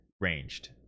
ranged